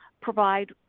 provide